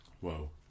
Whoa